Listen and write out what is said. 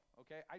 okay